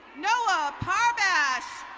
noah harbash.